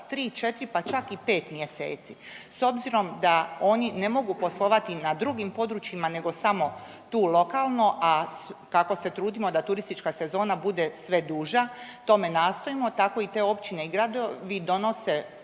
3, 4 pa čak i 5 mjeseci? S obzirom da oni ne mogu poslovati na drugim područjima nego tu samo lokalno, a kako se trudimo da turistička sezona bude sve duža tome nastojimo tako i te općine i gradovi donose